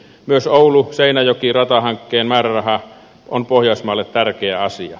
myös ouluseinäjoki ratahankkeen määräraha on pohjanmaalle tärkeä asia